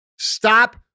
stop